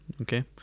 okay